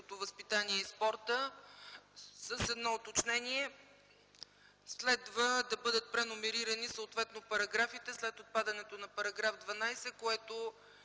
възпитание и спорта, с едно уточнение: следва да бъдат преномерирани съответно параграфите след отпадането на § 12, което